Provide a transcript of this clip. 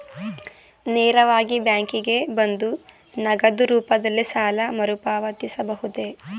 ನೇರವಾಗಿ ಬ್ಯಾಂಕಿಗೆ ಬಂದು ನಗದು ರೂಪದಲ್ಲೇ ಸಾಲ ಮರುಪಾವತಿಸಬಹುದೇ?